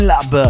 Lab